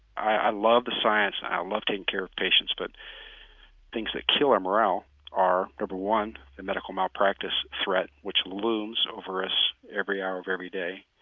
i love the science, and i love taking care of patients, but things that kill our morale are, number one, the medical malpractice threat, which looms over us every hour of every day,